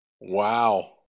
Wow